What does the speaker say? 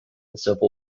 civil